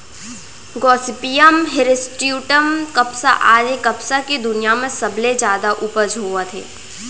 Gossypium hirsutum कपसा आज ए कपसा के दुनिया म सबले जादा उपज होवत हे